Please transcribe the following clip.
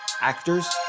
actors